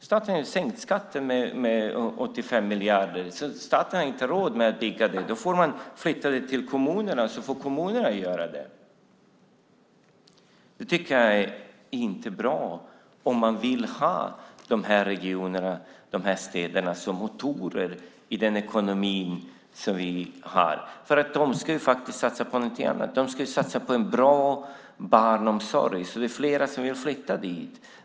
Staten har sänkt skatten med 85 miljarder, så staten har inte råd att bygga motorvägar. Det får kommunerna göra i stället. Det är inte bra om man vill ha dessa städer och regioner som motorer i ekonomin. De ska satsa på annat. De ska satsa på bra barnomsorg så att fler vill flytta dit.